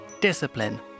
discipline